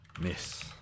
miss